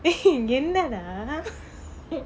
என்னடா:ennadaa